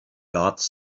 guards